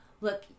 look